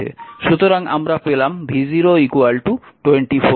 সুতরাং আমরা পেলাম v0 24 ভোল্ট